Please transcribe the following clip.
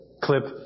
clip